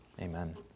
Amen